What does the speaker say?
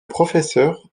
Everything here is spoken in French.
professeur